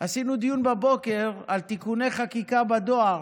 עשינו דיון בבוקר על תיקוני חקיקה בדואר.